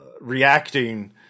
reacting